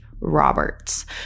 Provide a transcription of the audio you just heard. robert's